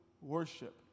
worship